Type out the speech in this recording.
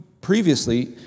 previously